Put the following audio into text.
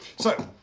so,